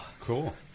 cool